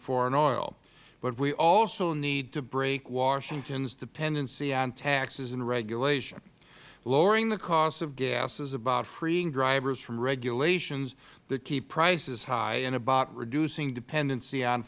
foreign oil but we also need to break washington's dependency on taxes and regulation lowering the cost of gas is about freeing drivers from regulations that keep prices high and about reducing dependency on